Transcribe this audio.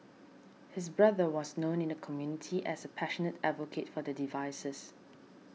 his brother was known in the community as a passionate advocate for the devices